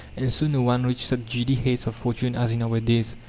and so no one reached such giddy heights of fortune as in our days.